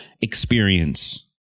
experience